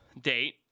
date